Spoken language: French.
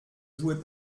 jouait